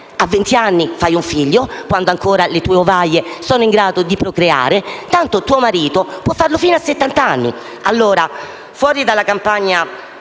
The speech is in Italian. vent'anni fai un figlio, quando ancora le tue ovaie sono in grado di procreare, tanto tuo marito può farlo fino a settant'anni. Fuori dalla campagna